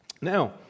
Now